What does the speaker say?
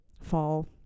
fall